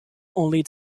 only